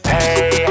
Hey